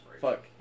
fuck